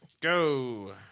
go